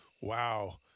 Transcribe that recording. wow